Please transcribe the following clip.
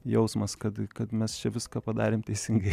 jausmas kad kad mes čia viską padarėm teisingai